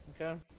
okay